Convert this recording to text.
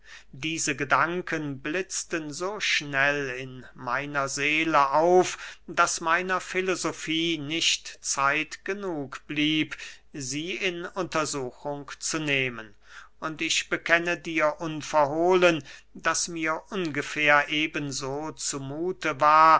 diese gedanken blitzten so schnell in meiner seele auf daß meiner filosofie nicht zeit genug blieb sie in untersuchung zu nehmen und ich bekenne dir unverhohlen daß mir ungefähr eben so zu muthe war